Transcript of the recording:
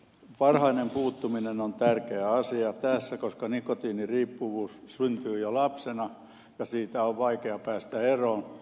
varhainen puuttuminen on tärkeä asia tässä koska nikotiiniriippuvuus syntyy jo lapsena ja siitä on vaikea päästä eroon